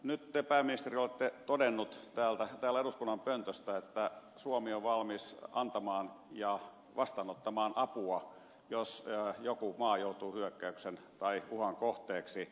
nyt te pääministeri olette todennut täällä eduskunnan pöntöstä että suomi on valmis antamaan ja vastaanottamaan apua jos joku maa joutuu hyökkäyksen tai uhan kohteeksi